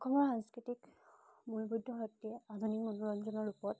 অসমৰ সাংস্কৃতিক মূল্যবোধৰ সৈতে আধুনিক মনোৰঞ্জনৰ ওপৰত